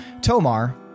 Tomar